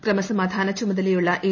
ക്രമസമാധാന ചുമതലയുള്ള എ